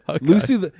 Lucy